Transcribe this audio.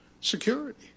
Security